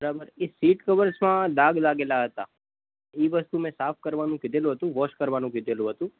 બરાબર એ સીટ કવર્સમાં ડાઘ લાગેલાં હતા એ વસ્તુ મેં સાફ કરવાનું કીધેલું હતું વૉશ કરવાનું કીધેલું હતું